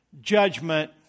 judgment